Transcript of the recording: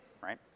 right